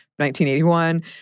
1981